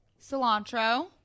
cilantro